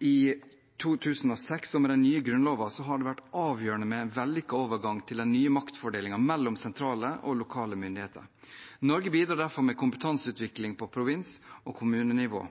i 2006 og med den nye grunnloven har det vært avgjørende med en vellykket overgang til en ny maktfordeling mellom sentrale og lokale myndigheter. Norge bidrar derfor med kompetanseutvikling på provins- og kommunenivå.